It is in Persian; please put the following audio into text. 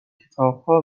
کتابها